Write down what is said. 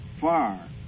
far